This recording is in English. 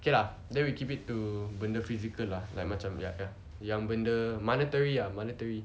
okay lah then we keep it to benda physical lah like macam yang benda monetary ah monetary